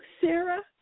Sarah